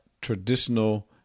traditional